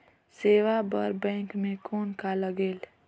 सेवा बर बैंक मे कौन का लगेल?